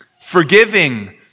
forgiving